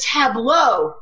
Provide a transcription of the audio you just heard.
tableau